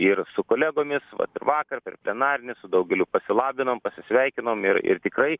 ir su kolegomis vat ir vakar per plenarinį su daugeliu pasilabinom pasisveikinom ir ir tikrai